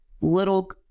little